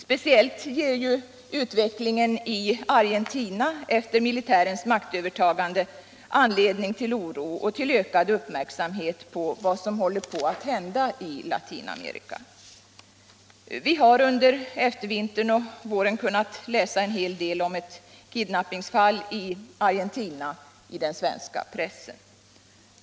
Speciellt ger utvecklingen i Argentina efter militärens maktövertagande anledning till oro och till ökad uppmärksamhet på vad som håller på att hända i Latinamerika. Vi har under eftervintern och våren i den svenska pressen kunnat läsa en hel del om ett kidnappningsfall i Argentina.